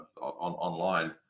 online